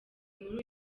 muri